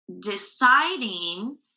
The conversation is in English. deciding